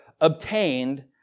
obtained